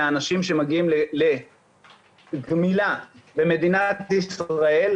מהאנשים שמגיעים לגמילה במדינת ישראל,